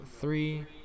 three